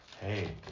hey